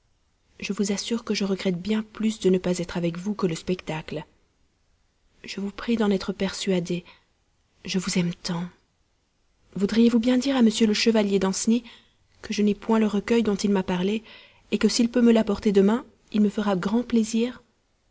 je vous assure que je regrette bien plus de ne pas être avec vous que le spectacle je vous prie d'en être persuadée je vous aime tant voudriez-vous bien dire à m le chevalier danceny que je n'ai point le recueil dont il m'a parlé que si il veut me l'apporter demain il me fera grand plaisir